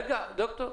רגע, ד"ר שרון.